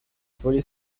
volé